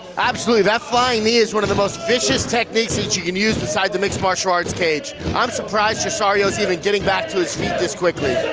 absolutely, that flying knee is one of the most vicious techniques which you can use inside the mixed martial arts cage. i'm surprised trissario's even getting back to his feet this quickly.